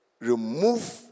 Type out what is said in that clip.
remove